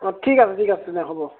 অঁ ঠিক আছে ঠিক আছে তেনে হ'ব